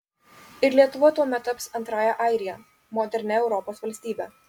ir lietuva tuomet taps antrąja airija modernia europos valstybe